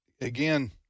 Again